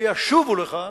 שישובו לכאן.